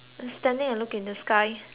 in the sky